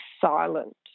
silent